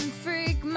freak